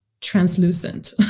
translucent